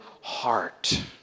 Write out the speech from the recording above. heart